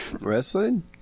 wrestling